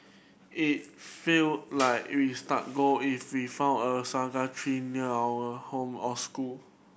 it feel like we stuck gold if we found a saga tree near our home or school